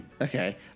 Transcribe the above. Okay